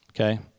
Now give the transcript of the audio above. Okay